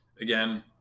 Again